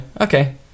okay